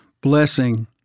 blessing